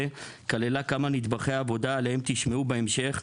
כללה כמה נדבכי עבודה עליהם תשמעו בהמשך.